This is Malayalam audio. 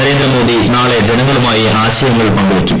നരേന്ദ്രമോദി നാളെ ജനങ്ങളുമായി ആശയങ്ങൾ പങ്കുവയ്ക്കും